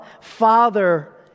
Father